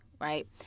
right